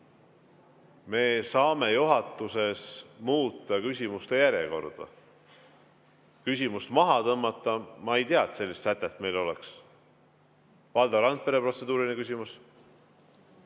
Me saame juhatuses muuta küsimuste järjekorda. Küsimust maha tõmmata – ma ei tea, et sellist sätet meil oleks. Valdo Randpere, protseduuriline küsimus.